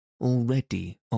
already